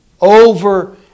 over